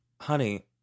honey